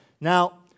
Now